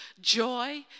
joy